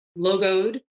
logoed